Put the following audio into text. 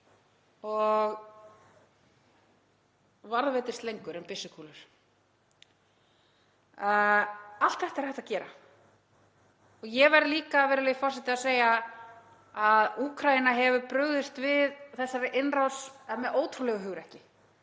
og varðveitist lengur en byssukúlur. Allt þetta er hægt að gera. Ég verð líka, virðulegi forseti, að segja að Úkraína hefur brugðist við þessari innrás með ótrúlegu hugrekki